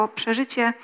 przeżycie